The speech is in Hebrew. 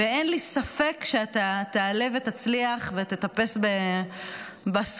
אין לי ספק שאתה תעלה ותצליח ותטפס בסולם,